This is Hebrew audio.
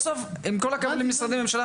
בסוף עם כל הכבוד למשרדי הממשלה,